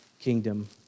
Kingdom